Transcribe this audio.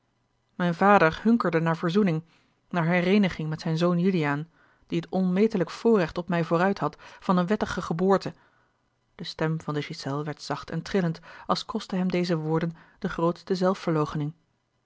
mijn vader hunkerde naar verzoening naar hereeniging met zijn zoon juliaan die het onmetelijke voorrecht op mij vooruit had van eene wettige geboorte de stem van de ghiselles werd zacht en trillend als kostten hem deze woorden de grootste